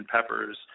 peppers